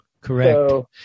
Correct